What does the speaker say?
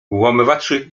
włamywaczy